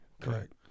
Correct